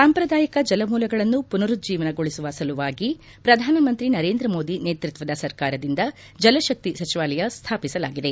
ಸಾಂಪ್ರದಾಯಿಕ ಜಲಮೂಲಗಳನ್ನು ಪುನರುಜ್ಜೀವನಗೊಳಿಸುವ ಸಲುವಾಗಿ ಪ್ರಧಾನ ಮಂತ್ರಿ ನರೇಂದ್ರಮೋದಿ ನೇತೃತ್ವದ ಸರ್ಕಾರದಿಂದ ಜಲಶಕ್ತಿ ಸಚಿವಾಲಯ ಸ್ವಾಪಿಸಲಾಗಿದೆ